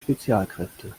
spezialkräfte